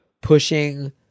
pushing